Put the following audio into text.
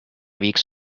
weeks